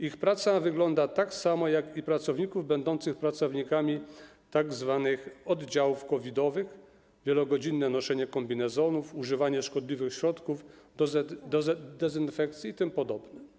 Ich praca wygląda tak samo jak pracowników będących pracownikami tzw. oddziałów COVID-owych: wielogodzinne noszenie kombinezonów, używanie szkodliwych środków do dezynfekcji itp.